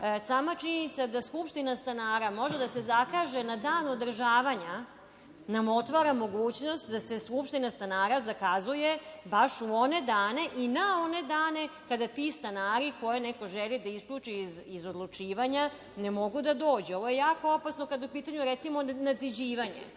Sama činjenica da skupština stanara može da se zakaže na dan održavanja nam otvara mogućnost da se skupština stanara zakazuje baš u one dane i na one dane kada ti stanari koje neko želi da isključi iz odlučivanja, ne mogu da dođu. Ovo je jako opasno kada je u pitanju recimo nadgrađivanje.